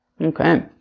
Okay